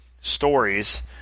stories